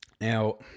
Now